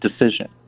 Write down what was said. decision